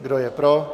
Kdo je pro?